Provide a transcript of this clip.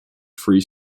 free